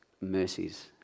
mercies